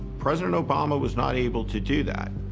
president obama was not able to do that.